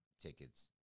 tickets